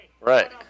Right